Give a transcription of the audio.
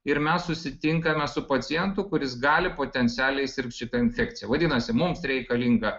ir mes susitinkame su pacientu kuris gali potencialiai sirgt šita infekcija vadinasi mums reikalinga